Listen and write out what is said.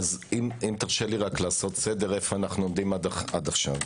אם תרשה לי לעשות סדר היכן אנו עומדים עד כה.